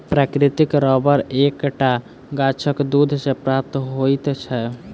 प्राकृतिक रबर एक टा गाछक दूध सॅ प्राप्त होइत छै